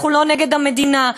אנחנו לא נגד המדינה.